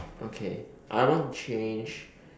okay I want to change